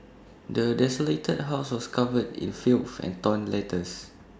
the desolated house was covered in filth and torn letters